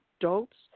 adults